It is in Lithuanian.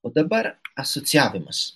o dabar asocijavimas